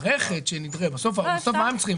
בסוף מה הם צריכים?